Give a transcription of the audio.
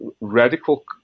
radical